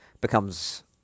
becomes